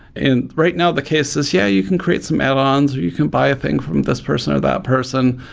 and right now the case is, yeah, you can create some add-ons, or you can buy a thing from this person or that person,